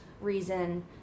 reason